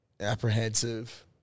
apprehensive